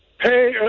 Hey